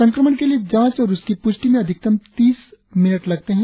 संक्रमण के लिए जांच और उसकी प्ष्टि में अधिकतम तीस मिनट लगते हैं